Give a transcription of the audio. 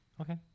Okay